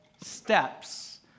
steps